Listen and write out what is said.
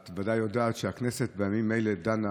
את ודאי יודעת שהכנסת בימים אלה דנה